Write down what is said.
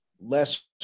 less